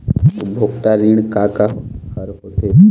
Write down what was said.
उपभोक्ता ऋण का का हर होथे?